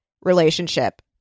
relationship